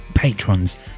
patrons